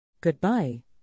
Goodbye